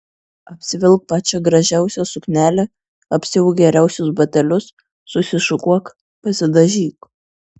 apsivilk pačią gražiausią suknelę apsiauk geriausius batelius susišukuok pasidažyk